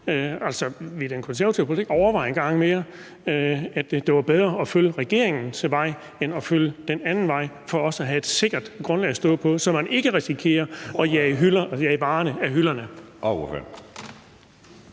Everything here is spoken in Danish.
Altså, vil den konservative ordfører ikke en gang til overveje, om det var bedre at følge regeringens vej end at følge den anden vej for at have et sikkert grundlag at stå på, så man ikke risikerer at jage varerne af hylderne?